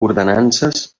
ordenances